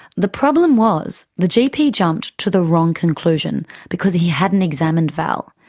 the problem was the gp jumped to the wrong conclusion because he hadn't examined val,